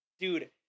dude